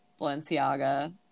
balenciaga